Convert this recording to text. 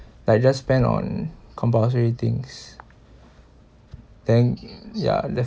like just spend on compulsory things then ya